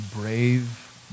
brave